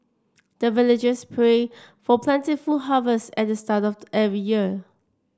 the villagers pray for plentiful harvest at the start of every year